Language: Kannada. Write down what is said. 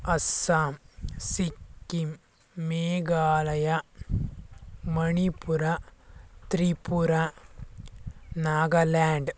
ಅಸ್ಸಾಂ ಸಿಕ್ಕಿಂ ಮೇಘಾಲಯ ಮಣಿಪುರ ತ್ರಿಪುರ ನಾಗಾಲ್ಯಾಂಡ್